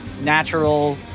Natural